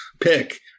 pick